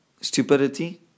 stupidity